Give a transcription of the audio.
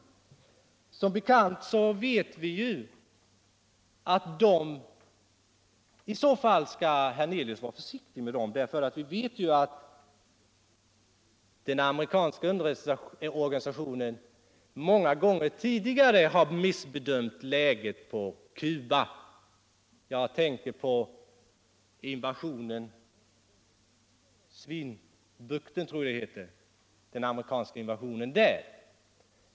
I så fall skall herr Hernelius vara försiktig med dem, därför att vi vet att den amerikanska underrättelseorganisationen många gånger tidigare har missbedömt läget på Cuba. Jag tänker på den amerikanska invasionen i Grisbukten —- jag tror att det heter så.